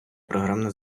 програмне